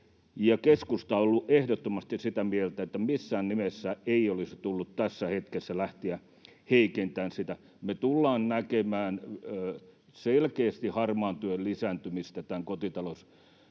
keskusta on ollut ehdottomasti sitä mieltä, että missään nimessä ei olisi tullut tässä hetkessä lähteä heikentämään sitä. Me tullaan näkemään selkeästi harmaan työn lisääntymistä tämän kotitalousvähennyksen